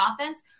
offense